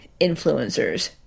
influencers